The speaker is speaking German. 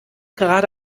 gerade